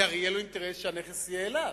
כי הרי יהיה לו אינטרס שהנכס יעבור אליו.